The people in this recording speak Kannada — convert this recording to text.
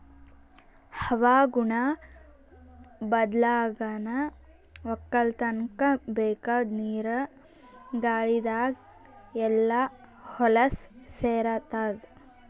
ಹವಾಗುಣ ಬದ್ಲಾಗನಾ ವಕ್ಕಲತನ್ಕ ಬೇಕಾದ್ ನೀರ ಗಾಳಿದಾಗ್ ಎಲ್ಲಾ ಹೊಲಸ್ ಸೇರತಾದ